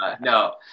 no